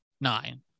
Nine